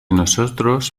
nosotros